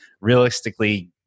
realistically